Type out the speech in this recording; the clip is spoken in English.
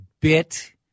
bit